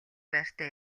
байртай